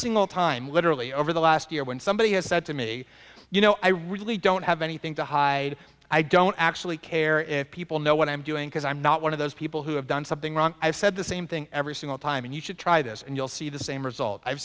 single time literally over the last year when somebody has said to me you know i really don't have anything to hide i don't actually care if people know what i'm doing because i'm not one of those people who have done something wrong i've said the same thing every single time and you should try this and you'll see the same result i've